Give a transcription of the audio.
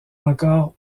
encore